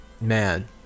Man